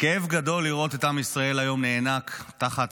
כאב גדול לראות את עם ישראל נאנק היום תחת